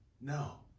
No